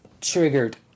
triggered